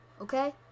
Okay